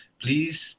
please